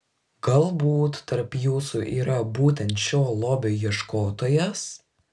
galbūt tarp jūsų yra būtent šio lobio ieškotojas